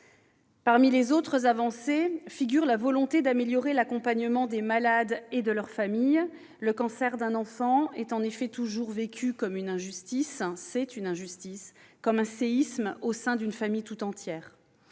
Parmi les autres avancées figure la volonté d'améliorer l'accompagnement des malades et de leurs familles. Le cancer d'un enfant est toujours vécu comme une injustice- c'est une injustice !-, comme un séisme au sein d'une famille entière.